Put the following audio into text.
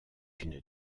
une